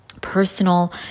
personal